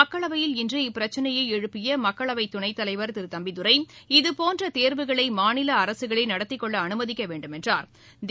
மக்களவையில் இன்று இப்பிரச்சினையைஎழுப்பியமக்களவைத் துணைத்தலைவர் திருதம்பிதுரை இதுபோன்றதேர்வுகளைமாநிலஅரசுகளேநடத்திக் கொள்ளஅனுமதிக்கவேண்டுமென்றாா்